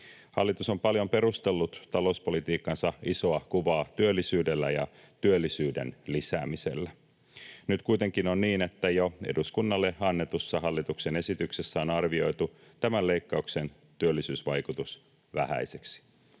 Hallitus on paljon perustellut talouspolitiikkansa isoa kuvaa työllisyydellä ja työllisyyden lisäämisellä. Nyt kuitenkin on niin, että jo eduskunnalle annetussa hallituksen esityksessä on arvioitu tämän leikkauksen työllisyysvaikutus vähäiseksi.